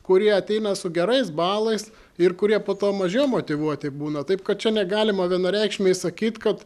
kurie ateina su gerais balais ir kurie po to mažiau motyvuoti būna taip kad čia negalima vienareikšmiai sakyt kad